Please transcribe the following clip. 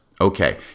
Okay